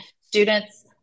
students